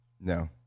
No